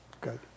good